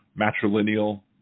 matrilineal